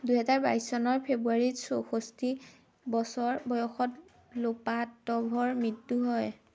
দুহেজাৰ বাইছ চনৰ ফেব্ৰুৱাৰীত চৌষষ্ঠি বছৰ বয়সত লোপাটভৰ মৃত্যু হয়